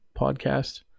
podcast